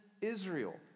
Israel